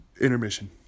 Intermission